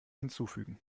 hinzufügen